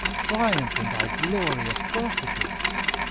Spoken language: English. triumph in thy glorious prophetesse,